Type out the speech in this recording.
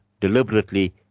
deliberately